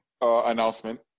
announcement